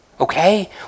Okay